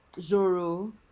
Zoro